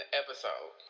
episode